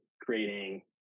creating